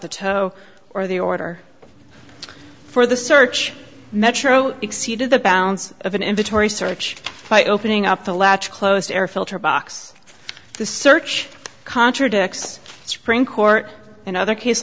the toe or the order for the search metro exceeded the bounds of an inventory search by opening up the latch closed air filter box the search contradicts supreme court and other case